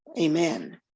amen